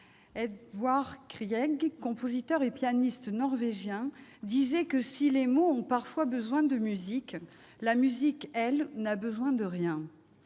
Edvard Grieg, compositeur et pianiste norvégien, disait que, si les mots ont parfois besoin de musique, la musique, elle, n'a besoin de rien.